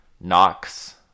knox